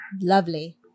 Lovely